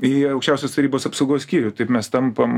į aukščiausios tarybos apsaugos skyrių taip mes tampam